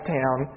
town